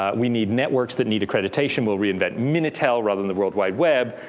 ah we need networks that need accreditation. we'll reinvent minitel rather than the world wide web.